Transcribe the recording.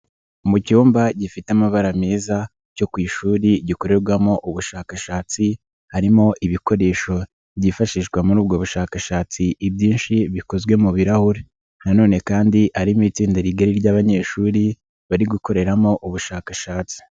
Mu cyumba gifite amabara meza, cyo ku ishuri gikorerwamo ubushakashatsi, harimo ibikoresho byifashishwa muri ubwo bushakashatsi ibyinshi bikozwe mu birahuri. Nanone kandi harimo itsinda rigari ry'abanyeshuri, bari gukoreramo ubushakashatsi.